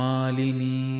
Malini